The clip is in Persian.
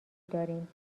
داریم